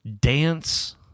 dance